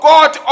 God